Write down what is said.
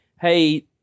hey